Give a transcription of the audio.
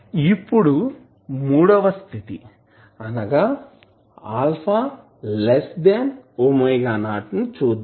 ఇప్పుడు మూడవ స్థితి α ⍵0 ని చూద్దాం